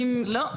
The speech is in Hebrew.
לא.